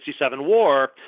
war